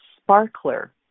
sparkler